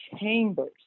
chambers